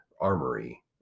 armory